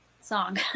song